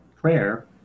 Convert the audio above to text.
prayer